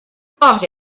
got